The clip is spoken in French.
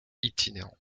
itinérant